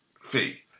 fee